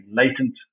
latent